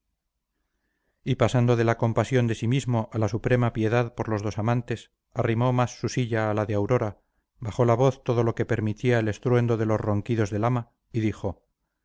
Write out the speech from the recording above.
y pasando de la compasión de sí mismo a la suprema piedad por los dos amantes arrimó más su silla a la de aurora bajó la voz todo lo que permitía el estruendo de los ronquidos del ama y dijo